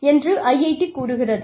என்று IIT கூறுகிறது